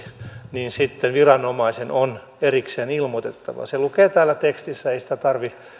niin sitten viranomaisen on erikseen ilmoitettava se lukee täällä tekstissä ei sitä tarvitse